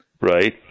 Right